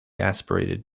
aspirated